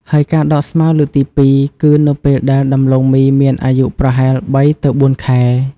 ហើយការដកស្មៅលើកទី២ គឺនៅពេលដែលដំឡូងមីមានអាយុប្រហែល ៣ ទៅ ៤ ខែ។